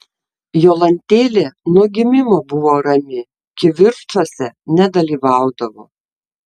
jolantėlė nuo gimimo buvo rami kivirčuose nedalyvaudavo